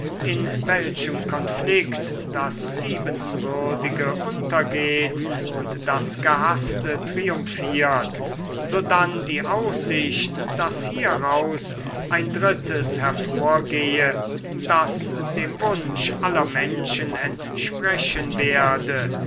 in welchem konflikt das liebenswürdige untergeht und das gehaßte triumphiert sodann die aussicht daß hieraus ein drittes hervorgehe das dem wunsch aller menschen entsprechen werde